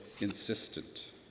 insistent